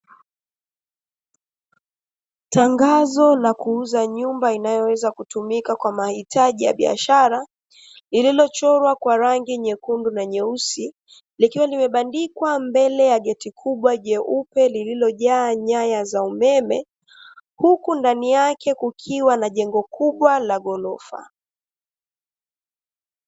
Tangazo la kuuza nyumba inayoweza kutumika kwa mahaitaji ya biashara, lililochorwa kwa rangi nyekundu na nyeusi. Likiwa limebandikwa mbele ya geti kubwa jeupe lililojaa nyaya za umeme, huku ndani yake kukiwa na jengo kubwa la ghorofa.